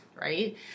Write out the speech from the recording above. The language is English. Right